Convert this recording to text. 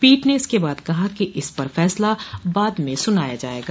पीठ ने इसके बाद कहा कि इस पर फैसला बाद में सुनाया जायेगा